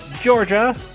Georgia